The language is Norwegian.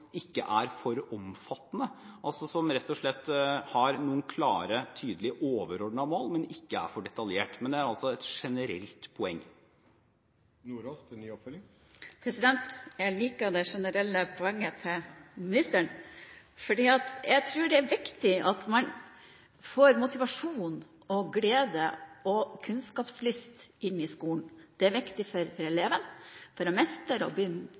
ikke er for omfattende, altså som rett og slett har noen klare og tydelige overordnede mål, men som ikke er for detaljert. Men dette er altså et generelt poeng. Jeg liker det generelle poenget til ministeren, for jeg tror det er viktig at man får motivasjon, glede og kunnskapslyst inn i skolen. Det er viktig for elevens mestring å